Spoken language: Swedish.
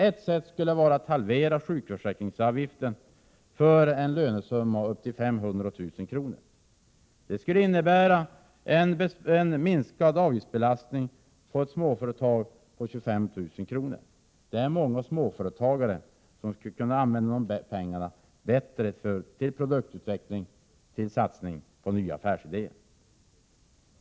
Ett sätt skulle vara att halvera sjukförsäkringsavgiften för en lönesumma av upp till 500 000 kr. Det skulle innebära en minskad avgiftsbelastning på ett småföretag med 25 000 kr. Det är många småföretagare som skulle kunna använda dessa pengar bättre — till produktutveckling eller satsning på nya affärsidéer.